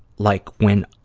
like when,